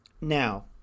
Now